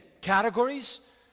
categories